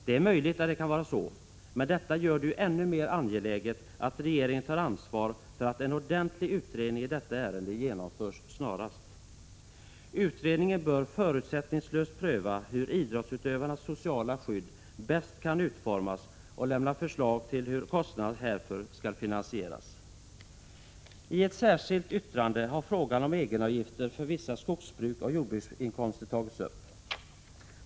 Det är möjligt att detta är riktigt, men det gör det ju ännu mer angeläget att regeringen tar ansvar för att en ordentlig utredning i detta ärende snarast genomförs. Utredningen bör förutsättningslöst pröva hur idrottsutövarnas sociala skydd bäst kan utformas och lämna förslag till hur kostnaderna härför skall finansieras. I ett särskilt yttrande har frågan om egenavgifter för vissa skogsbruksoch jordbruksinkomster tagits upp.